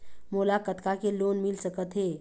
मोला कतका के लोन मिल सकत हे?